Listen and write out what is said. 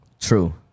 True